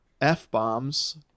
f-bombs